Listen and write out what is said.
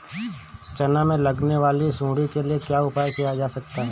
चना में लगने वाली सुंडी के लिए क्या उपाय किया जा सकता है?